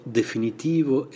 definitivo